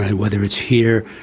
whether it's here,